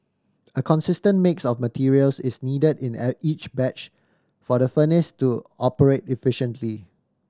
a consistent mix of materials is needed in each batch for the furnace to operate efficiently